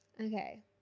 Okay